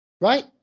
Right